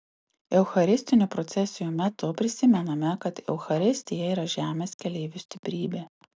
eucharistinių procesijų metu prisimename kad eucharistija yra žemės keleivių stiprybė